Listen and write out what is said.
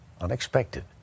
unexpected